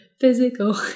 physical